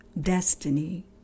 destiny